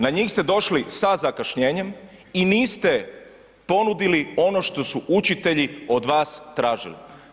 Na njih ste došli sa zakašnjenjem i niste ponudili ono što su učitelji od vas tražili.